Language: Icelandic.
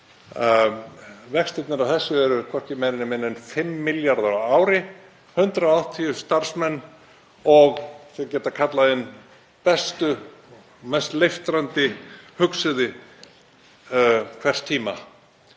Vextirnir af þessu eru hvorki meira né minna en 5 milljarðar á ári. 180 starfsmenn og þau geta kallað inn bestu og mest leiftrandi hugsuði hvers tíma.